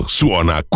suona